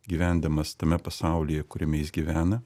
gyvendamas tame pasaulyje kuriame jis gyvena